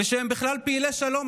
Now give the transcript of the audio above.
ושהם בכלל פעילי שלום.